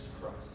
Christ